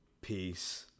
Peace